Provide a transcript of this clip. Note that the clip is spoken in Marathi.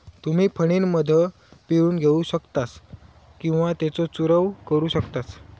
तुम्ही फणीनं मध पिळून घेऊ शकतास किंवा त्येचो चूरव करू शकतास